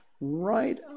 right